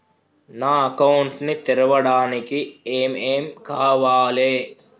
నా అకౌంట్ ని తెరవడానికి ఏం ఏం కావాలే?